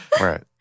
Right